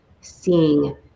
seeing